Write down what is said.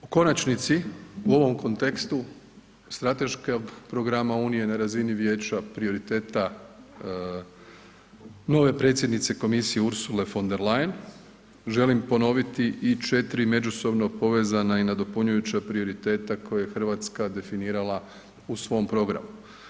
U konačnici, u ovom kontekstu strateškog programa Unije na razini vijeća prioriteta nove predsjednice komisije Ursule von der Leyen želim ponoviti i 4 međusobno povezana i nadopunjujuća prioriteta koje je RH definirala u svom programu.